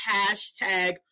hashtag